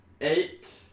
Eight